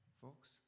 folks